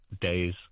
days